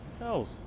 Else